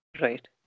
Right